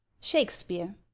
Shakespeare